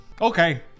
Okay